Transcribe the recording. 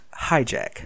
Hijack